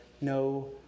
no